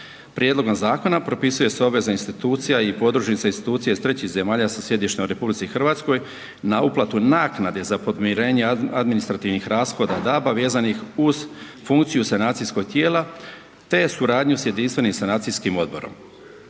Prijedlogom zakona propisuje se obveza institucija i podružnica institucija iz trećih zemalja sa sjedištem u EH na uplatu naknade za podmirenje administrativnih rashoda DAB-a vezanih uz funkciju sanacijskog tijela te suradnju s jedinstvenim sanacijskim odborom.